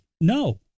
no